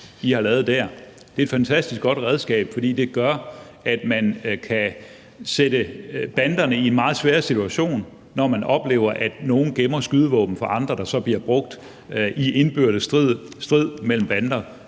I har lavet dér. Det er et fantastisk godt redskab, for det gør, at man kan sætte banderne i en meget sværere situation, når man oplever, at nogle gemmer skydevåben for andre, og at de så bliver brugt i indbyrdes strid mellem bander